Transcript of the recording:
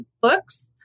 books